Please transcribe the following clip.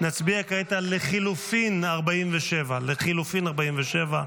נצביע כעת על לחלופין 47. לחלופין 47,